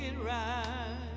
right